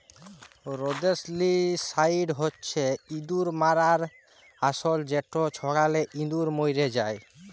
rodenticide হছে ইঁদুর মারার লাসক যেট ছড়ালে ইঁদুর মইরে যায়